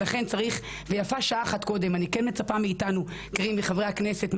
אני כן מצפה מאיתנו - מחברי הכנסת,